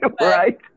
Right